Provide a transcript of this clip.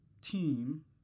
team